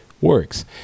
works